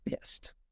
pissed